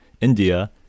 India